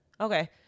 Okay